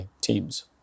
teams